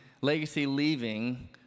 legacy-leaving